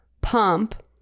pump